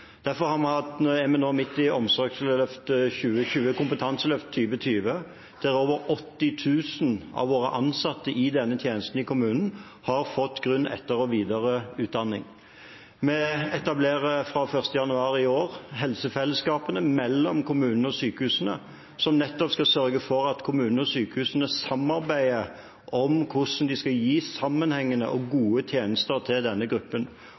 Derfor er vi nå midt i Kompetanseløft 2020, der over 80 000 av våre ansatte i denne tjenesten i kommunen har fått grunn-, etter- og videreutdanning. Vi etablerer fra 1. januar i år helsefellesskapene mellom kommunene og sykehusene, som skal sørge for at kommunene og sykehusene samarbeider om hvordan de skal gi sammenhengende og gode tjenester til denne gruppen.